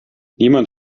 niemand